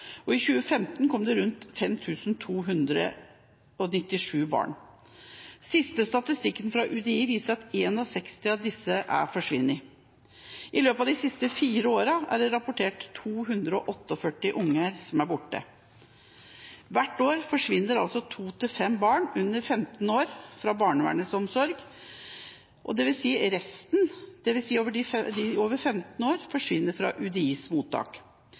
flyktninger. I 2015 kom det 5 297 barn. Den siste statistikken fra UDI viser at 61 av disse er forsvunnet. I løpet av de siste fire årene er det rapportert om 248 unger som er borte. Hvert år forsvinner mellom to og fem barn under 15 år fra barnevernets omsorg, og resten, det vil si de over 15 år, forsvinner fra UDIs mottak.